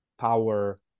power